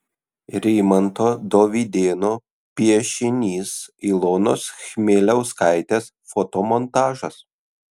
rimanto dovydėno piešinys ilonos chmieliauskaitės fotomontažas